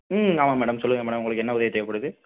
ம் ஆமாம் மேடம் சொல்லுங்கள் மேடம் உங்களுக்கு என்ன உதவி தேவைப்படுது